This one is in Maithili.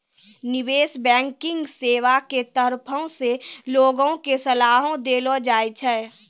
निबेश बैंकिग सेबा के तरफो से लोगो के सलाहो देलो जाय छै